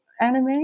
anime